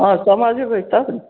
हँ समझबै तब ने